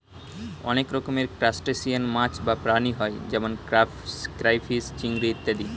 অনেক রকমের ক্রাস্টেশিয়ান মাছ বা প্রাণী হয় যেমন ক্রাইফিস, চিংড়ি ইত্যাদি